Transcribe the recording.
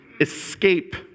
escape